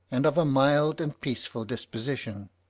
and of a mild and peaceable disposition.